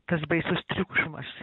tas baisus triukšmas